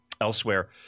Elsewhere